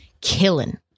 killing